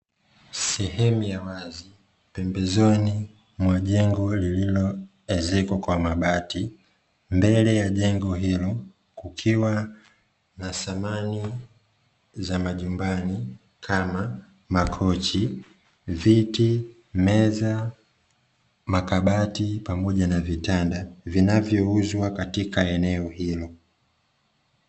Sehemu ya wazi pembezoni mwa jengo lililoezekwa kwa mabati. Mbele ya jengo hilo kukiwa na samani za majumbani kama: makochi, viti, meza, makabati pamoja na vitanda vinavyouzwa katika eneo hilo.